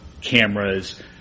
cameras